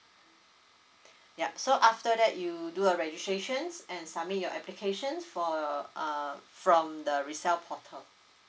yup so after that you do a registrations and submit your applications for err uh from the resell portal